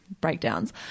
breakdowns